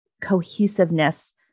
cohesiveness